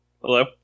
Hello